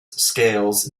scales